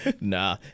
Nah